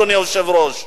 אדוני היושב-ראש.